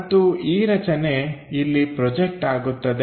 ಮತ್ತು ಈ ರಚನೆ ಇಲ್ಲಿ ಪ್ರೊಜೆಕ್ಟ್ ಆಗುತ್ತದೆ